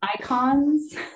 icons